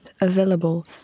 available